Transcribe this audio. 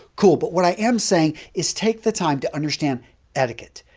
cool. but, what i am saying is take the time to understand etiquette.